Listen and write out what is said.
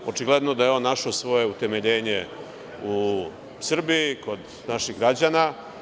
Očigledno da je on našao svoje utemeljenje u Srbiji kod naših građana.